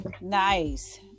Nice